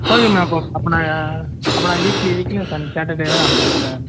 சரி மேம் அப்போ நான் அப்போ நான் வீக்லி வீக்லி சாட்டர்டேவே அனுப்பிச்சி விட்டுறேன்